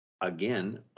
again